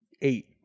eight